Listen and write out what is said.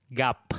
gap